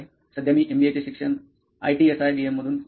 सध्या मी MBA चे शिक्षण IT SIBM मधून घेत आहे